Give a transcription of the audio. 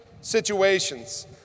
situations